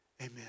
amen